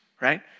right